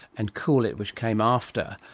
and cool it, which came after.